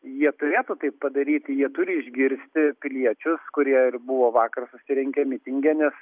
jie turėtų taip padaryti jie turi išgirsti piliečius kurie ir buvo vakar susirinkę mitinge nes